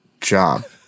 job